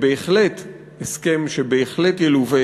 הסכם שבהחלט ילווה